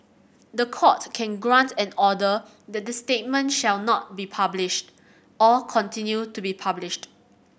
the Court can grant an order that the statement shall not be published or continue to be published